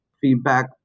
feedback